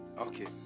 Okay